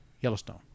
Yellowstone